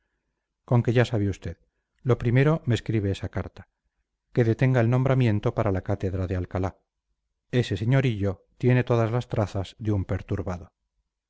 con que ya sabe usted lo primero me escribe esa carta que detenga el nombramiento para la cátedra de alcalá ese sr hillo tiene todas las trazas de un perturbado